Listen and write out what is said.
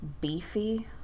beefy